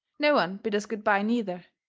no one bid us good-bye, neither,